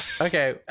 okay